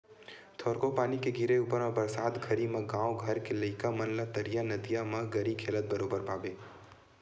थोरको पानी के गिरे ऊपर म बरसात घरी म गाँव घर के लइका मन ला तरिया नदिया म गरी खेलत बरोबर पाबे